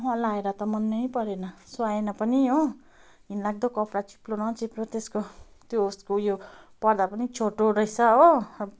अहँ लाएर मनै परेन स्वाएन पनि हो घिनलाग्दो कपडा चिप्लो न चिप्लो त्यसको त्यो उसको उयो पर्दा पनि छोटो रहेछ हो अब